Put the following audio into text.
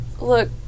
Look